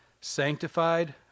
sanctified